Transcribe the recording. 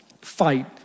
fight